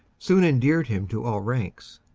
soon endeared him to all ranks.